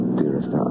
dearest